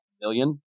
million